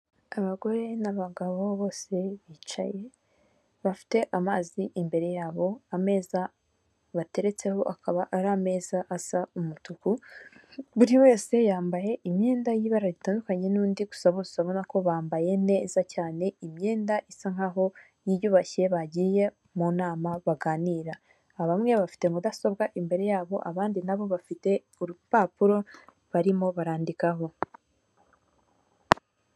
Abagore n'abagabo bose bicaye bafite amazi imbere yabo, ameza bateretseho akaba ari ameza asa umutuku, buri wese yambaye imyenda y'ibara ritandukanye n'undi, gusa bose urabona ko bambaye neza cyane imyenda isa nkaho yiyubashye bagiye mu nama baganira, bamwe bafite mudasobwa imbere yabo, abandi nabo bafite urupapuro barimo barandikaho.